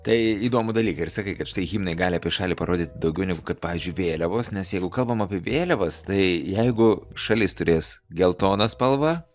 tai įdomų dalyką ir sakai kad štai himnai gali apie šalį parodyt daugiau negu kad pavyzdžiui vėliavos nes jeigu kalbam apie vėliavas tai jeigu šalis turės geltoną spalvą